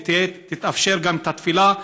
ותתאפשר גם התפילה,